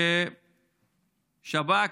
השב"כ,